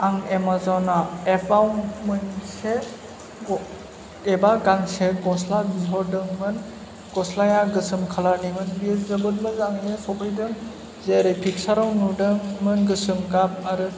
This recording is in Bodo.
आं एमाजनाव एफआव मोनसे ग एबा गांसे गस्ला बिहरदोंमोन गस्लाया गोसोम खालारनिमोन बेयाे जोबोर मोजाङैनो सफैदों जेरै फिकसाराव नुदोंमोन गोसोम गाब आरो